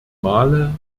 male